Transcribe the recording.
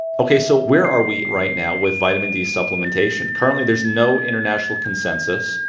okay, so where are we right now with vitamin d supplementation? currently there's no international consensus.